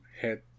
head